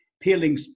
peeling